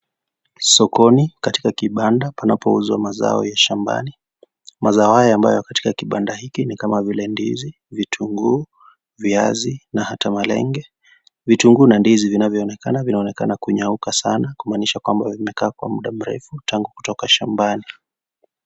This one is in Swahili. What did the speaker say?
Sokoni, katika kibanda, panapouzwa mazao ya shambani. Mazao haya ambayo yako katika kibanda hiki ni kama vile ndizi, vitunguu, viazi na hata malenge. Vitungu na ndizi vinavyoonekana, vinaonekana kunyauka sana, kumaanisha kwamba vimekaa kwa muda mrefu, tangu kutoka shambani.